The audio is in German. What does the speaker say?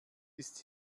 ist